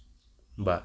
বা